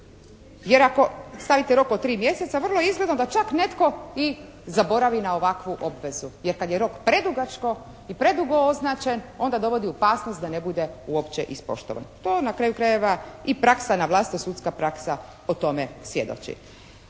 Jer ako stavite rok od 3 mjeseca vrlo je izgledno da čak netko i zaboravi na ovakvu obvezu. Jer kad je rok predugačko i predugo označen onda dovodi u opasnost da ne bude uopće ispoštovan. To na kraju krajeva i praksa, navlastito sudska praksa o tome svjedoči.